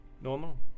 Normal